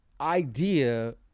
idea